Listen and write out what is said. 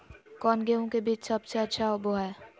कौन गेंहू के बीज सबेसे अच्छा होबो हाय?